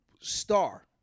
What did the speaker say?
star